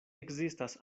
ekzistas